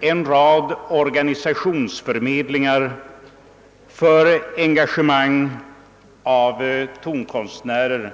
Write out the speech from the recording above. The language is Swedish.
en rad organisationsförmedlingar för engagemang av inoch utländska tonkonstnärer.